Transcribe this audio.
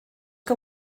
que